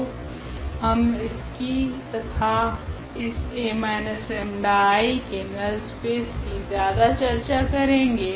तो हम इसकी तथा इस 𝐴−𝜆𝐼 के नल स्पेस की ज्यादा चर्चा करेगे